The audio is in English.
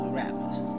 rappers